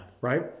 Right